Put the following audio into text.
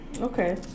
okay